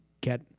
get